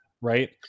right